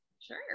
Sure